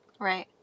Right